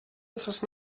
wythnos